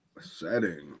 Setting